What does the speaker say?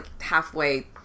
halfway